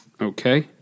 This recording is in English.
Okay